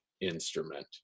instrument